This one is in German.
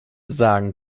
sagen